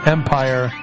Empire